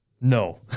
No